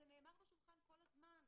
זה נאמר בשולחן כל הזמן,